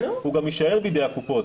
הוא גם יישאר בידי הקופות.